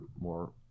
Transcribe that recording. more